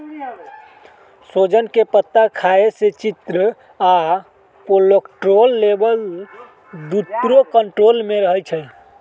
सोजन के पत्ता खाए से चिन्नी आ कोलेस्ट्रोल लेवल दुन्नो कन्ट्रोल मे रहई छई